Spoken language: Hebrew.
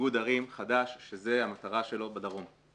איגוד ערים חדש שזו המטרה שלו בדרום.